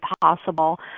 possible